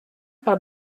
par